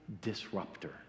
disruptor